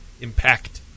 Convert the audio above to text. Impact